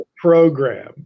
program